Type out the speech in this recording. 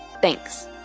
Thanks